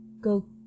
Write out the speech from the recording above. go